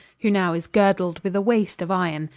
who now is girdled with a waste of iron,